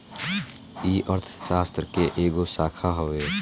ई अर्थशास्त्र के एगो शाखा हवे